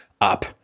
up